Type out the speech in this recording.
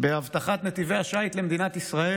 באבטחת נתיבי השיט למדינת ישראל.